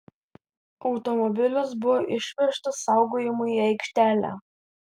automobilis buvo išvežtas saugojimui į aikštelę